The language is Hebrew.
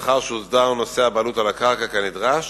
לאחר שהוסדר נושא הבעלות על הקרקע כנדרש,